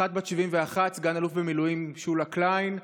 אחת בת 71, סגן-אלוף במיל' שולה קליין,